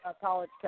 college